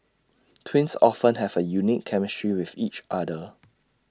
twins often have A unique chemistry with each other